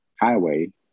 Highway